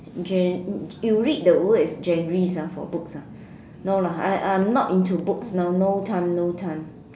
gen~ you read the word is genre ah for books ah no lah I I am not into books now no time no time